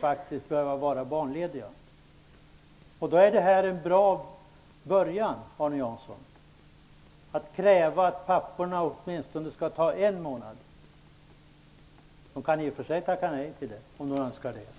faktiskt kan behöva vara barnlediga. Då är det en bra början, Arne Jansson, att kräva att papporna skall ta åtminstone en månad. De kan i och för sig tacka nej till det, om de önskar det.